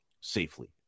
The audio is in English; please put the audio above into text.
safely